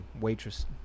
waitress